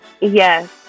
yes